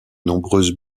nombreuses